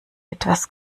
etwas